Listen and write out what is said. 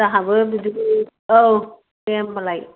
जोंहाबो बिदिनो औ दे होनबालाय